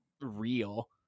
real